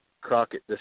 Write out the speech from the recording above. Crockett